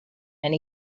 and